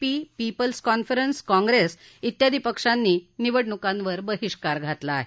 P people's conference Congress इत्यादी पक्षांनी निवडणुकांवर बहिष्कार घातला आहे